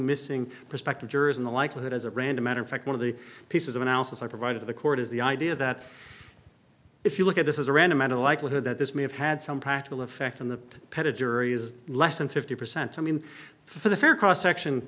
missing prospective jurors in the likelihood as a random matter of fact one of the pieces of analysis i provided to the court is the idea that if you look at this is a random and a likelihood that this may have had some practical effect on the pet a jury is less than fifty percent i mean for the fair cross section